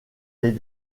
les